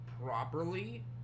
properly